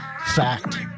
fact